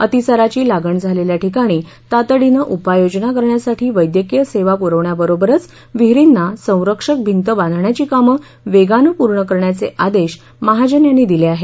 अतिसाराची लागण झालेल्या ठिकाणी तातडीने उपाययोजना करण्यासाठी वैदकीय सेवा प्रवण्याबरोबरच विहीरींना संरक्षक भिंत बांधण्याची कामं वेगानं पूर्ण करण्याचे आदेश महाजन यांनी दिले आहेत